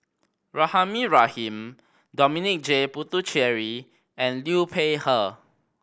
Rahimah Rahim Dominic J Puthucheary and Liu Peihe